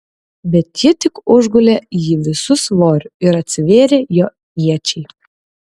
bet ji tik užgulė jį visu svoriu ir atsivėrė jo iečiai